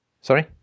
Sorry